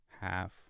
half